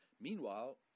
Meanwhile